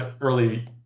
early